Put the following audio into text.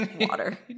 water